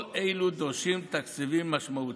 כל אלה דורשים תקציבים משמעותיים.